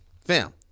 fam